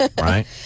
right